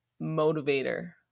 motivator